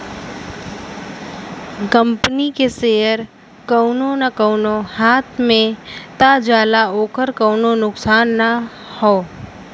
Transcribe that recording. company के share कउनो न कउनो हाथ मे त जाला ओकर कउनो नुकसान ना हौ